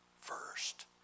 first